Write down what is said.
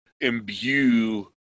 imbue